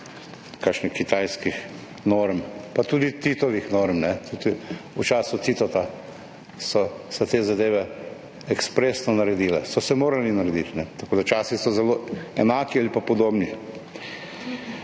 kakšnih kitajskih norm, pa tudi Titovih norm ne. Tudi v času Tita so se te zadeve ekspresno naredile, so se morale narediti. Tako da časi so zelo enaki ali pa podobni.